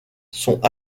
sont